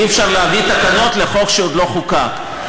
אי-אפשר להביא תקנות לחוק שעוד לא חוקק,